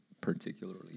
particularly